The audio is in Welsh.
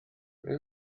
ble